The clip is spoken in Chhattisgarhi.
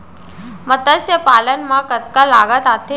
मतस्य पालन मा कतका लागत आथे?